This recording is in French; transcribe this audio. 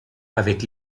avec